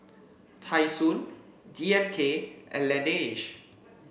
Tai Sun D M K and Laneige